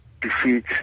defeat